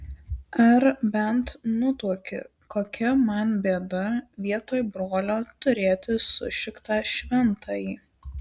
ar bent nutuoki kokia man bėda vietoj brolio turėti sušiktą šventąjį